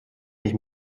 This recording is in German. sich